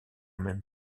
même